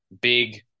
big